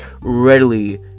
readily